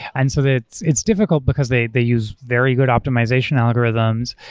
and so it's it's difficult, because they they use very good optimization algorithms,